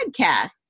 podcasts